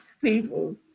people